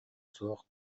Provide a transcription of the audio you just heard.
суох